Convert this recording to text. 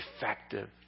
effective